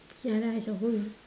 ya lah as a whole